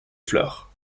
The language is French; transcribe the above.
fleurs